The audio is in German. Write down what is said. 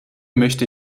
möchte